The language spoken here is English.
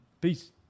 Peace